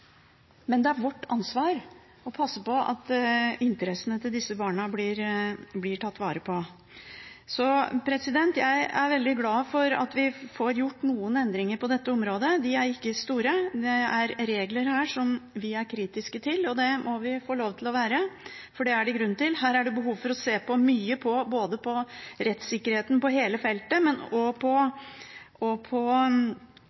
Men det er vårt ansvar å passe på at interessene til disse barna blir tatt vare på. Så jeg er veldig glad for at vi får gjort noen endringer på dette området. De er ikke store. Det er regler her som vi er kritiske til, og det må vi få lov til å være, for det er det grunn til. Her er det behov for å se på mye, både på rettssikkerheten på hele feltet og på